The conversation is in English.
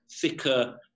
thicker